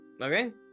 Okay